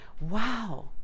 Wow